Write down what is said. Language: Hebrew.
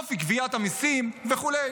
אופי גביית המיסים וכו'.